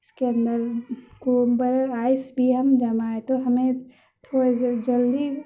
اس کے اندر کومبر آئس بھی ہم جمائے تو ہمیں تھوڑے جلدی